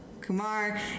Kumar